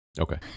Okay